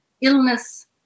illness